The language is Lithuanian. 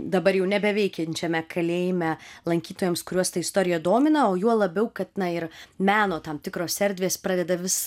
dabar jau nebeveikiančiame kalėjime lankytojams kuriuos ta istorija domina o juo labiau kad na ir meno tam tikros erdvės pradeda vis